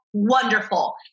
wonderful